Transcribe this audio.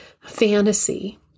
fantasy